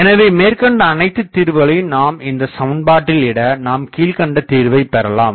எனவே மேற்கண்ட அனைத்து தீர்வுகளையும் நாம் இந்தச் சமன்பாட்டில்இட நாம் கீழ்கண்ட தீர்வை பெறலாம்